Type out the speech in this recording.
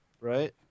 Right